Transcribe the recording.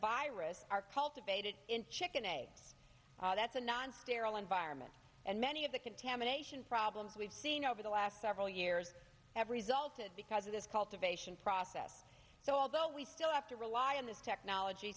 virus are cultivated in chicken egg that's a non sterile environment and many of the contamination problems we've seen over the last several years every zulfi because of this cultivation process so although we still have to rely on this technology